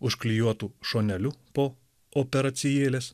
užklijuotu šoneliu po operacijėles